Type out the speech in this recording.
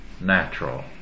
natural